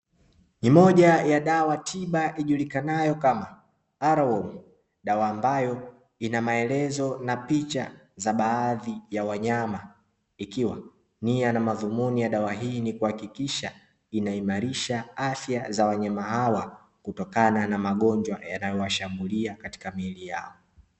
Ni moja ya dawa tiba ijulikanayo kama "alawomu", dawa ambayo ina maelezo na picha za baadhi ya wanyama, ikiwa nia na madhumuni ya dawa hii ni kuhakikisha inaimarisha afya za wanyama hawa kutokana na magonjwa yanayo washambulia katika miili yao.